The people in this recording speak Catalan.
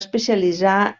especialitzar